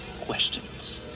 questions